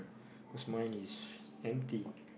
cause mine is empty